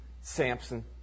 Samson